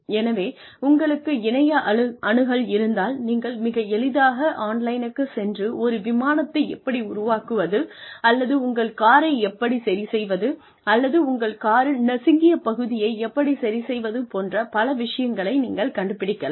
எனவே உங்களுக்கு இணைய அணுகல் இருந்தால் நீங்கள் மிக எளிதாக ஆன்லைனுக்கு சென்று ஒரு விமானத்தை எப்படி உருவாக்குவது அல்லது உங்கள் காரை எப்படி சரி செய்வது அல்லது உங்கள் காரில் நசுங்கிய பகுதியை எப்படி சரி செய்வது போன்ற பல விஷயங்களை நீங்கள் கண்டுபிடிக்கலாம்